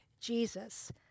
Jesus